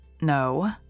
No